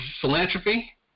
philanthropy